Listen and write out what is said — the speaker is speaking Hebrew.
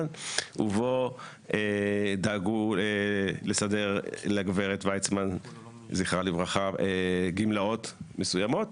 ובו דאגו לסדר לגברת ויצמן ז"ל גמלאות מסוימות.